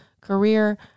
career